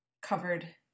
covered